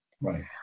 Right